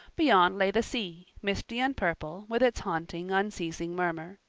beyond lay the sea, misty and purple, with its haunting, unceasing murmur.